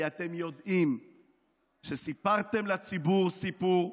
כי אתם יודעים שסיפרתם לציבור סיפור,